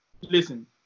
listen